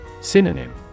Synonym